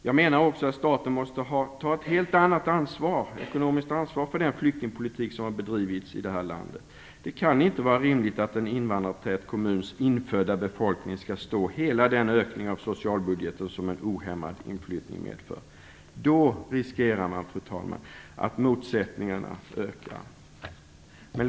Jag menar också att staten måste ta ett helt annat ekonomiskt ansvar för den flyktingpolitik som har bedrivits i det här landet. Det kan inte vara rimligt att en invandrartät kommuns infödda befolkning skall få stå för hela den ökning på socialbudgeten som en ohämmad inflyttning medför. Då riskerar man, fru talman, att motsättningarna ökar!